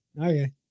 okay